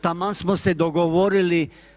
Taman smo se dogovorili.